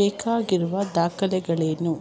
ಬೇಕಾಗಿರುವ ದಾಖಲೆಗಳೇನು?